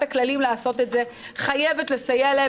את הכללים לעשות את זה חייבת לסייע להם.